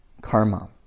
karma